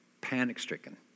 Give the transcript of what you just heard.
Panic-stricken